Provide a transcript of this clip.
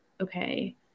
okay